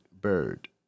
Bird